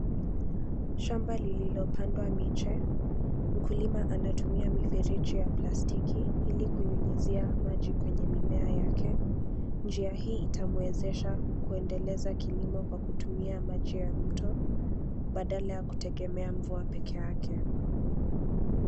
Shamba lililopandwa miche. Mkulima anatumia anatumia mifereji ya plastiki ili kunyunyuzia maji kwenye mimea yake. Njia hii itamwezesha kuendeleza kilimo kwa kutumia maji ya mto, badala ya kutegemea mvua pekee yake.